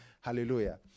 Hallelujah